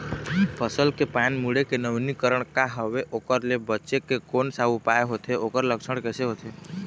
फसल के पान मुड़े के नवीनीकरण का हवे ओकर ले बचे के कोन सा उपाय होथे ओकर लक्षण कैसे होथे?